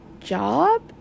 job